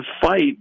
fight